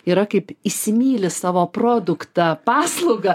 yra kaip įsimyli savo produktą paslaugą